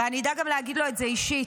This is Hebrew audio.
ואני אדע גם להגיד לו את זה אישית,